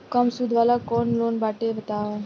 कम सूद वाला कौन लोन बाटे बताव?